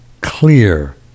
clear